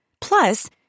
Plus